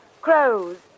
crows